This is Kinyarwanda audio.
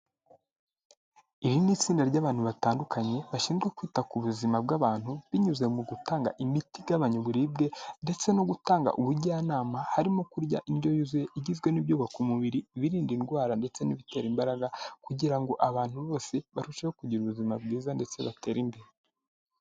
Iri ni itsinda ry'abantu batandukanye, bashinzwe kwita ku buzima bw'abantu binyuze mu gutanga imiti igabanya uburibwe ndetse no gutanga ubujyanama harimo kurya indyo yuzuye igizwe n'ibyubaka umubiri, birinda indwara ndetse n'ibitera imbaraga kugira ngo abantu bose barusheho kugira ubuzima bwiza ndetse batere imbere.